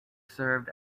served